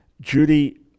Judy